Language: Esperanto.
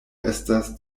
estas